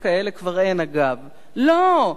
לא,